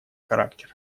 характер